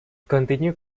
continues